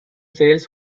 sales